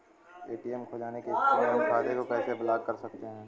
ATM खो जाने की स्थिति में हम खाते को कैसे ब्लॉक कर सकते हैं?